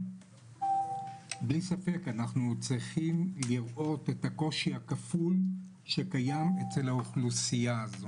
בלי ספק אנחנו צריכים לראות את הקושי הכפול שקיים אצל האוכלוסייה הזו.